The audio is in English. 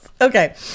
okay